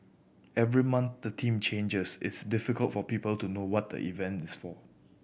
every month the theme changes it's difficult for people to know what the event is for